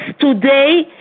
today